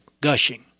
gushing